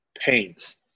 pains